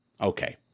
Okay